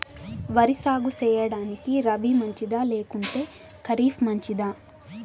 వరి సాగు సేయడానికి రబి మంచిదా లేకుంటే ఖరీఫ్ మంచిదా